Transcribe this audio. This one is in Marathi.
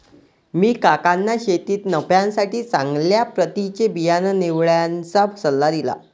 मी काकांना शेतीत नफ्यासाठी चांगल्या प्रतीचे बिया निवडण्याचा सल्ला दिला